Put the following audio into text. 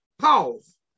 Pause